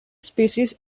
species